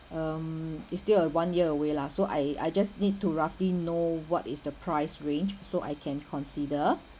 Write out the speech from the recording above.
um it's still a one year away lah so I I just need to roughly know what is the price range so I can consider